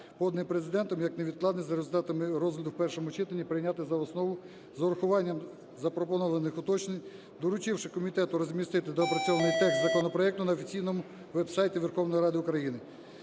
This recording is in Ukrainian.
поданий Президентом як невідкладний, за результатами розгляду в першому читанні прийняти за основу з урахуванням запропонованих уточнень, доручивши комітету розмістити доопрацьований текст законопроекту на офіційному веб-сайті Верховної Ради України.